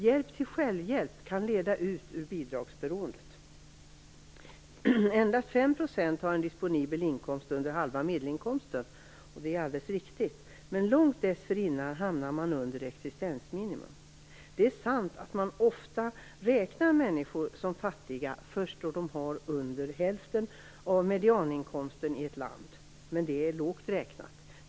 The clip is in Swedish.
Hjälp till självhjälp kan leda ut ur bidragsberoendet. Endast 5 % av ensamföräldrarna i Sverige har en disponibel inkomst under halva mediannkomsten, det är alldeles riktigt, men långt innan man har kommit ner på den nivån hamnar man under existensminimum. Det är sant att människor ofta räknas som fattiga först då de har under hälften av medianinkomsten, men det är lågt räknat.